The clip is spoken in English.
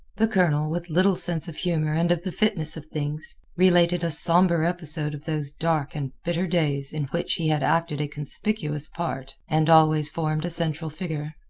the colonel, with little sense of humor and of the fitness of things, related a somber episode of those dark and bitter days, in which he had acted a conspicuous part and always formed a central figure.